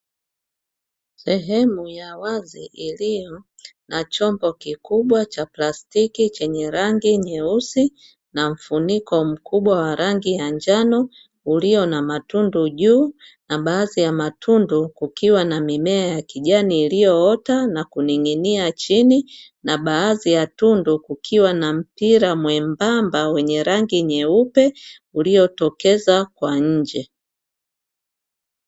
Sehemu ya wazi iliyo na chombo kikubwa cha plastiki chenye rangi nyeusi na mfuniko mkubwa wa rangi ya njano, ulio na matundu juu. Na baadhi ya matundu kukiwa na mimea ya kijani iliyoota na kuning’inia chini na baadhi ya matundu kukiwa na mpira mwembamba wenye rangi nyeupe uliotokeza nje.